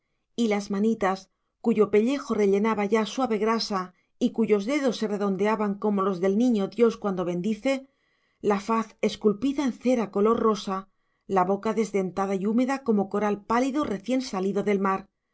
y las manitas cuyo pellejo rellenaba ya suave grasa y cuyos dedos se redondeaban como los del niño dios cuando bendice la faz esculpida en cera color rosa la boca desdentada y húmeda como coral pálido recién salido del mar